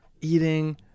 eating